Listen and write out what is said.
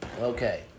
Okay